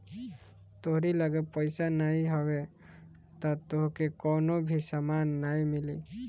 तोहरी लगे पईसा नाइ हवे तअ तोहके कवनो भी सामान नाइ मिली